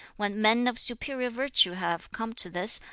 when men of superior virtue have come to this,